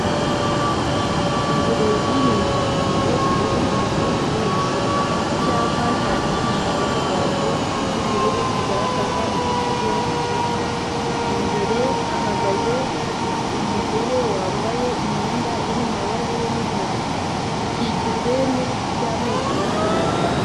Uburezi ni ingirakamaro kuri buri muntu wese. Icyapa cyandikishijeho amagambo y'ubururu kigaragaza uko ikigo cyitwa. Imbere hahagaze umugore wambaye imyenda iri mu mabara y'umweru. Gikikijwe n'ibiti by'amoko menshi atandukanye.